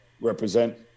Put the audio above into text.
represent